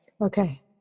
Okay